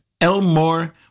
Elmore